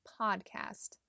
podcast